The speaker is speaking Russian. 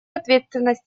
ответственность